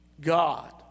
God